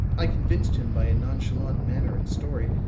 i convinced him by a nonchalant manner and story,